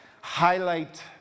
highlight